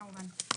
כמובן.